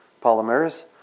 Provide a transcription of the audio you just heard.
polymers